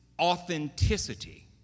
authenticity